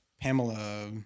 Pamela